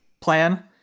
plan